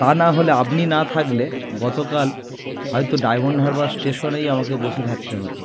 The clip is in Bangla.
তা নাহলে আপনি না থাকলে গতকাল হয়তো ডায়মন্ড হারবার স্টেশনেই আমাকে বসে থাকতে হতো